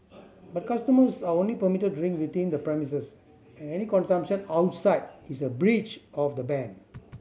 but customers are only permitted to drink within the premises and any consumption outside is a breach of the ban